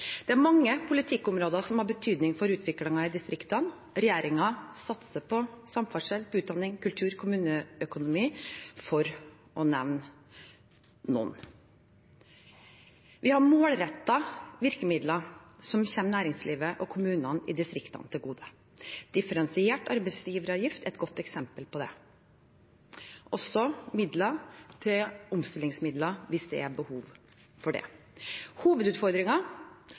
Det er mange politikkområder som har betydning for utviklingen i distriktene. Regjeringen satser på samferdsel, utdanning, kultur og kommuneøkonomi, for å nevne noen. Vi har målrettede virkemidler som kommer næringslivet og kommuner i distriktene til gode. Differensiert arbeidsgiveravgift er et godt eksempel på det. Vi har også omstillingsmidler, hvis det er behov for det.